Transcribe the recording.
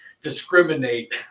discriminate